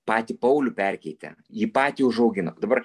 patį paulių perkeitė jį patį užaugino dabar